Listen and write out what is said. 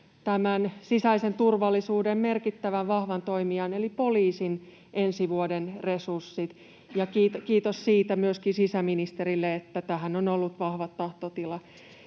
turvata sisäisen turvallisuuden merkittävän vahvan toimijan eli poliisin ensi vuoden resurssit, ja kiitos siitä myöskin sisäministerille, että tähän on ollut vahva tahtotila.